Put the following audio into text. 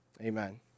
Amen